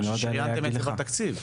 אתה אומר ששריינתם את זה בתקציב,